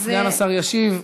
סגן השר ישיב.